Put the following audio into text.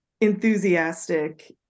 enthusiastic